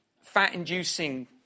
fat-inducing